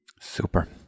Super